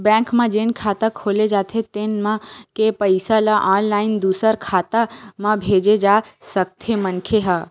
bank म जेन खाता खोले जाथे तेन म के पइसा ल ऑनलाईन दूसर खाता म भेजे जा सकथे मनखे ह